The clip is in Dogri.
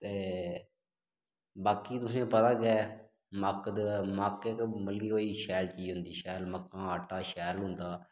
ते बाकी तुसेंई पता गै मक्क ते मक्क इक मतलब कि कोई शैल चीज़ होंदी शैल मक्कां आटा शैल होंदा